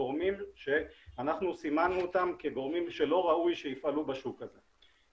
גורמים שאנחנו סימנו אותם כגורמים שלא ראוי שיפעלו בשוק הזה.